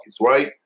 right